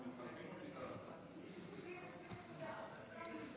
לא